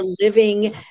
living